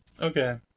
Okay